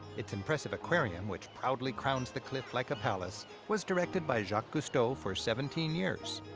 its impressive aquarium, which proudly crowns the cliff like a palace, was directed by jacques cousteau for seventeen years.